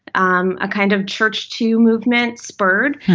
um a kind of churchtoo movement spurred.